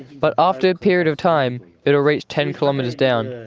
but after a period of time it will reach ten kilometres down.